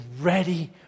ready